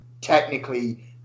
technically